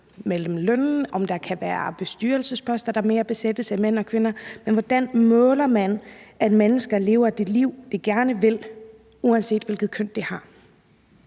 til løn, og om der kan være bestyrelsesposter, der mere besættes af mænd eller kvinder. Men hvordan måler man, at mennesker lever det liv, de gerne vil, uanset hvilket køn de har?